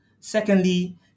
Secondly